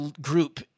group